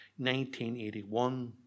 1981